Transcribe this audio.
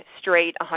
straight